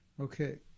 Okay